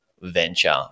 venture